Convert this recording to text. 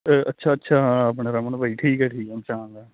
ਅੱਛਾ ਅੱਛਾ ਹਾਂ ਆਪਣੇ ਰਮਨ ਭਾਅ ਜੀ ਠੀਕ ਆ ਠੀਕ ਆ ਪਛਾਣ ਲਿਆ